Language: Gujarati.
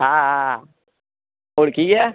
હા હા હા ઓળખી ગયાં